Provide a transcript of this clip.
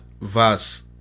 verse